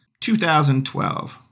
2012